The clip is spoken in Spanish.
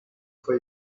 fue